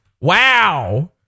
Wow